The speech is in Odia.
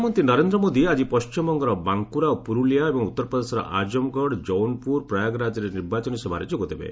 ପ୍ରଧାନମନ୍ତ୍ରୀ ନରେନ୍ଦ୍ର ମୋଦି ଆଜି ପଶ୍ଚିମବଙ୍ଗର ବାଙ୍କୁରା ଓ ପୁର୍ରୁଲିଆ ଏବଂ ଉତ୍ତରପ୍ରଦେଶର ଆଜମଗଡ ଜୌନପୁର ପ୍ରୟାଗରାଜରେ ନିର୍ବାଚନୀ ସଭାରେ ଯୋଗଦେବେ